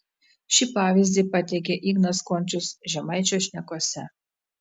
šį pavyzdį pateikia ignas končius žemaičio šnekose